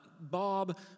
Bob